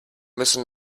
müssen